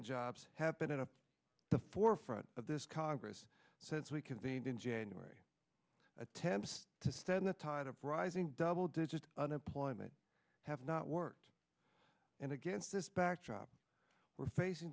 and jobs have been out of the forefront of this congress since we convened in january attempts to stem the tide of rising double digit unemployment have not worked and against this backdrop we're facing